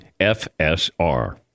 FSR